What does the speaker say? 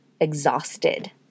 exhausted